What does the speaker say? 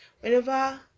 Whenever